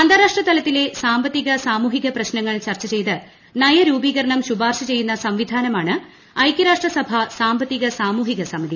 അന്താരാഷ്ട്ര ത്രലത്തിലെ സാമ്പത്തിക സാമൂഹിക പ്രശ്നങ്ങൾ ചർച്ച ചെയ്ത്ട് ്നിയ്രൂപീകരണം ശുപാർശ ചെയ്യുന്ന സംവിധാനമാണ് ഐക്യൂര്യ്ഷ്ട സഭാ സാമ്പത്തിക സാമൂഹിക സമിതി